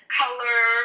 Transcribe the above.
color